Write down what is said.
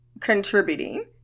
contributing